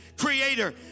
creator